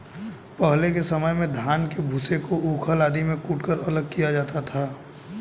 पहले के समय में धान के भूसे को ऊखल आदि में कूटकर अलग किया जाता था